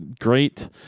great